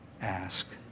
Ask